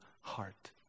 heart